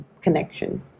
connection